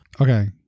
Okay